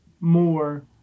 more